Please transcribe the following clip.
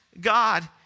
God